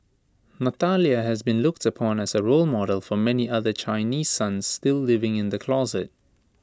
Natalia has been looked upon as A role model for many other Chinese sons still living in the closet